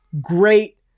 Great